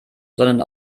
sondern